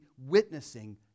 witnessing